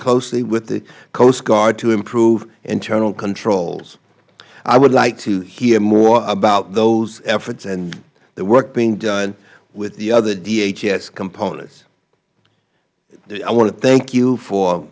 closely with the coast guard to improve internal controls i would like to hear more about those efforts and the work being done with the other dhs components i want to thank you for